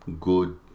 good